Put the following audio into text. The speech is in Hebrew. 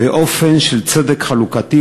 באופן של צדק חלוקתי,